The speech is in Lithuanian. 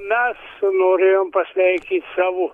mes norėjom pasveikyt savo